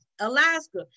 Alaska